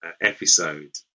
episode